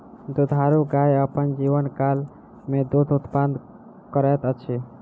दुधारू गाय अपन जीवनकाल मे दूध उत्पादन करैत अछि